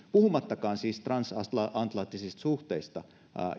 puhumattakaan transatlanttisista suhteista